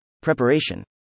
Preparation